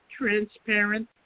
transparent